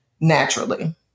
naturally